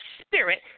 spirit